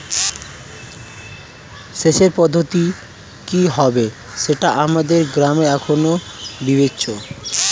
সেচের পদ্ধতিটি কি হবে সেটা আমাদের গ্রামে এখনো বিবেচ্য